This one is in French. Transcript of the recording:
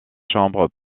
chambres